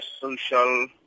social